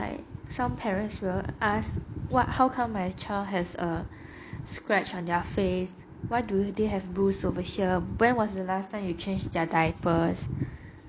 like some parents will ask what how come my child has a scratch on their face why do they have bruise over here when was the last time you change their diapers